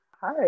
Hi